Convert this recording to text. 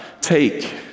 take